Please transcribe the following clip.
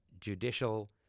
judicial